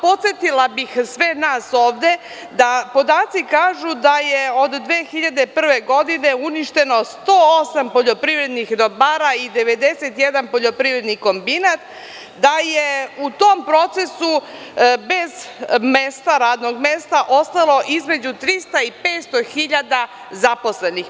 Podsetila bih sve nas ovde da podaci kažu da je od 2001. godine uništeno 108 poljoprivrednih dobara i 91 poljoprivredni kombinat, da je u tom procesu bez radnog mesta ostalo između 300 i 500 hiljada zaposlenih.